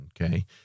okay